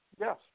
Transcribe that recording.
Yes